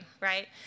right